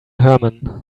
herman